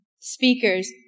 speakers